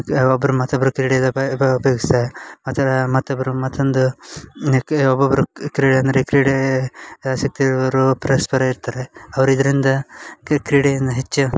ಯಾ ಒಬ್ರು ಮತ್ತೊಬ್ರು ಕ್ರೀಡೆದಬ ಬಾ ಪಿಕ್ಸೆ ಮತ್ತೆರಾ ಮತ್ತೊಬ್ರು ಮತ್ತೊಂದು ನೆಕ್ಕೆ ಒಬ್ಬೊಬ್ರ ಕ್ರೀಡೆ ಅಂದರೆ ಕ್ರೀಡೆ ಪರಸ್ಪರ ಇರ್ತಾರೆ ಅವ್ರು ಇದರಿಂದ ಕ್ರೀಡೆಯಿಂದ ಹೆಚ್ಚು